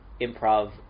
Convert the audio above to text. improv